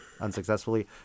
unsuccessfully